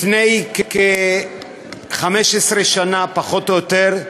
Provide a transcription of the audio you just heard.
לפני כ-15 שנה, פחות או יותר,